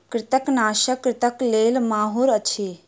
कृंतकनाशक कृंतकक लेल माहुर अछि